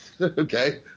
Okay